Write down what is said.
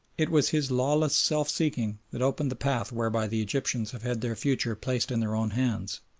it was his lawless self-seeking that opened the path whereby the egyptians have had their future placed in their own hands.